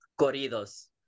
corridos